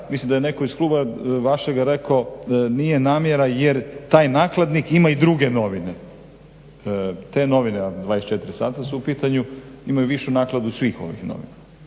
mislim da je netko iz kluba vašega rekao, nije namjera jer taj nakladnik ima i druge novine. Te novine "24 sata" su u pitanju, imaju višu nakladu od svih ovih novina